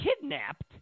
kidnapped